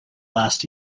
last